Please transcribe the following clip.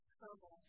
trouble